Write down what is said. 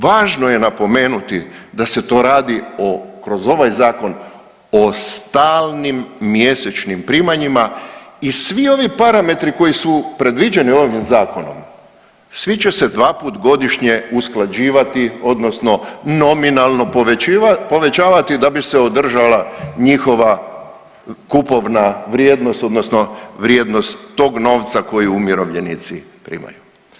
Važno je napomenuti da se to radi kroz ovaj zakon o stalnim mjesečnim primanjima i svi ovi parametri koji su predviđeni ovim zakonom svi će se dvaput godišnje usklađivati, odnosno nominalno povećavati da bi se održala njihova kupovna vrijednost, odnosno vrijednost tog novca koji umirovljenici primaju.